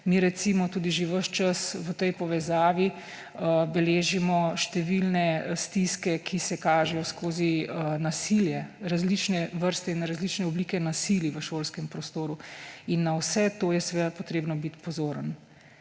Mi, recimo, tudi že ves čas v tej povezavi beležimo številne stiske, ki se kažejo skozi nasilje, različne vrste in različne oblike nasilja v šolskem prostoru. In na vse to je seveda potrebno biti pozoren.